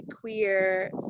queer